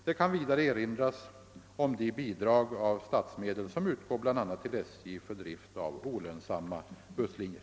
Det kan vidare erinras om de bidrag av statsmedel som utgår — bl.a. till SJ — för drift av olönsamma busslinjer.